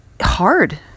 hard